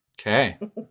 Okay